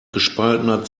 gespaltener